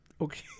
Okay